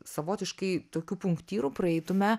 savotiškai tokių punktyrų praeitume